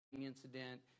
incident